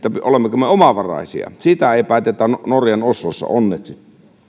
olemmeko me omavaraisia siitä ei päätetä norjan oslossa onneksi